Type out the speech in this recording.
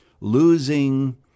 losing